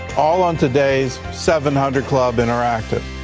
all on today's seven hundred club interactive.